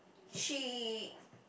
she